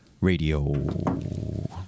Radio